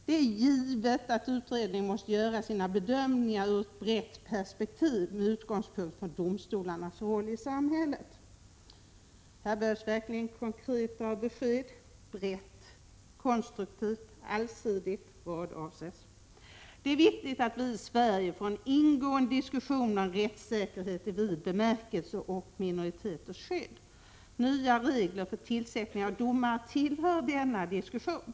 Det är givet att en sådan utredning måste göra sina bedömningar ur ett brett perspektiv med utgångspunkt i domstolarnas roll i samhället.” Här behövs verkligen konkretare besked. Allsidigt? Konstruktivt? Brett? Vad avses? Det är viktigt att vi i Sverige får en ingående diskussion om rättssäkerhet i vid bemärkelse och om minoriteters skydd. Nya regler för tillsättning av domare tillhör denna diskussion.